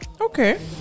Okay